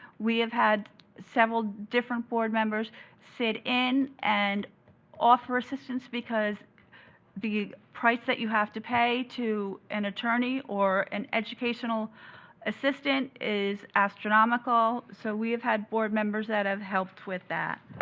we have had several different board members sit in and offer assistance because the price that you have to pay to an attorney or an educational assistant is astronomical, so we have had board members that have helped with that.